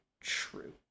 true